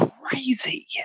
Crazy